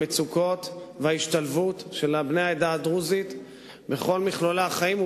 המצוקות וההשתלבות של בני העדה הדרוזית בכל מכלולי החיים,